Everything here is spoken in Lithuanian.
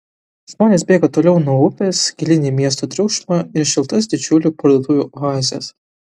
žmonės bėga toliau nuo upės gilyn į miesto triukšmą ir šiltas didžiulių parduotuvių oazes